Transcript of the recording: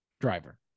driver